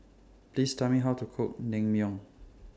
Please Tell Me How to Cook Naengmyeon